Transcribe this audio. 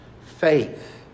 faith